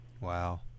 Wow